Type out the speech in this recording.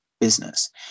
business